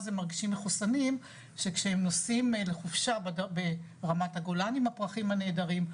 ומרגישים מחוסנים שכשהם נוסעים לחופשה ברמת הגולן עם הפרחים הנהדרים,